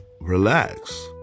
relax